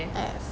yes